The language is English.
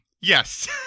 Yes